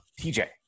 TJ